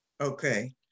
okay